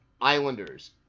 Islanders